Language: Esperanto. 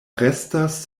restas